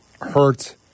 hurt